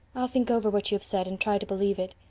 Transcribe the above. i'll think over what you have said, and try to believe it.